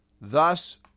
Thus